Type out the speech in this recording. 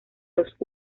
los